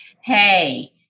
Hey